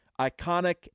Iconic